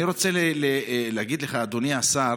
אני רוצה להגיד לך, אדוני השר,